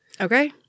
Okay